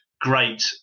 Great